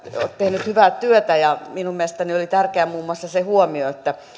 tehnyt hyvää työtä ja minun mielestäni oli tärkeä muun muassa se huomio että